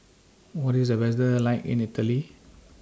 What IS The weather like in Italy